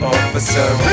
Officer